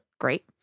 Great